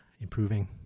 improving